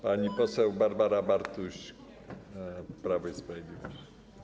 Pani poseł Barbara Bartuś, Prawo i Sprawiedliwość.